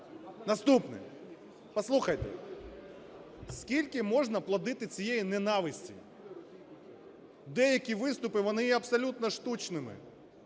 Наступне. Послухайте, скільки можна плодити цієї ненависті? Деякі виступи, вони є абсолютно штучними.